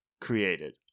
created